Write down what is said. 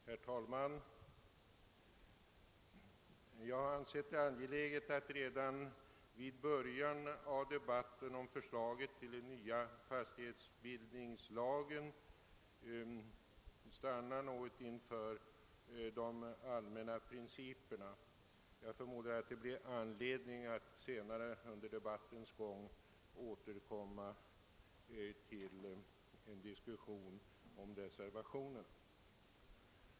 Herr talman! Jag har ansett det angeläget att redan vid början av debatten om förslaget till ny fastighetsbildningslag stanna något inför de allmänna principerna. Jag förmodar att det blir anledning att senare under debattens gång återkomma till en diskussion om reservationerna.